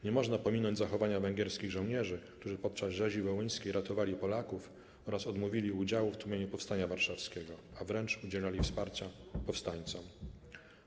Nie można pominąć zachowania węgierskich żołnierzy, którzy podczas rzezi wołyńskiej ratowali Polaków oraz odmówili udziału w tłumieniu Powstania Warszawskiego, a wręcz udzielali wsparcia powstańcom.